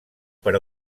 per